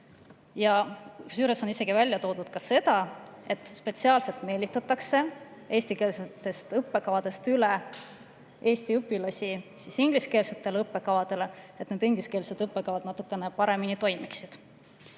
Seejuures on isegi välja toodud, et spetsiaalselt meelitatakse eestikeelsetest õppekavadest eesti tudengeid ingliskeelsetele õppekavadele üle, et need ingliskeelsed õppekavad natukene paremini toimiksid.